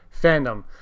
fandom